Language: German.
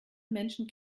menschen